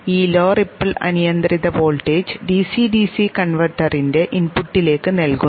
ഈ low ripple അനിയന്ത്രിത voltage DC DC കൺവെർട്ടറിന്റെ ഇൻപുട്ടിലേക്ക് നൽകുന്നു